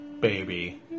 baby